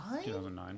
2009